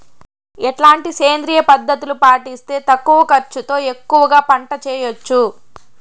ఎట్లాంటి సేంద్రియ పద్ధతులు పాటిస్తే తక్కువ ఖర్చు తో ఎక్కువగా పంట చేయొచ్చు?